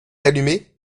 allumé